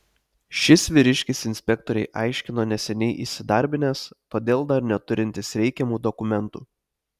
šis vyriškis inspektorei aiškino neseniai įsidarbinęs todėl dar neturintis reikiamų dokumentų